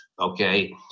okay